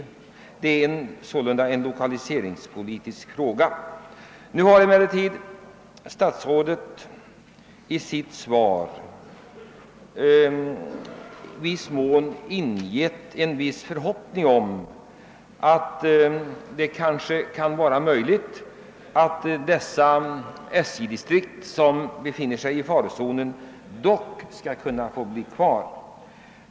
Detta är alltså även en lokaliseringspolitisk fråga. Nu har statsrådet i sitt svar ingett en viss förhoppning om att det kanske skall vara möjligt att behålla de SJ distrikt som befinner sig i farozonen.